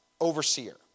overseer